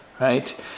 right